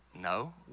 no